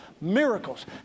miracles